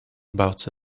about